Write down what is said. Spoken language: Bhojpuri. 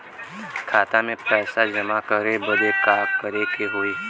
खाता मे पैसा जमा करे बदे का करे के होई?